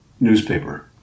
newspaper